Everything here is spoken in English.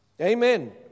Amen